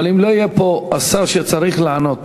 אבל אם לא יהיה פה השר שצריך לענות